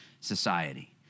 society